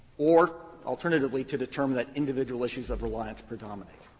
or alternatively to determine that individual issues of reliance predominate.